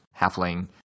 halfling